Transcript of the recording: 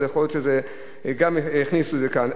אז יכול להיות שהכניסו את זה כאן.